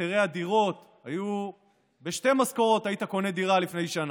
מחירי הדירות בשתי משכורות היית קונה דירה לפני שנה.